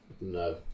no